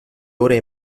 ore